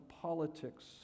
Politics